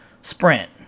Sprint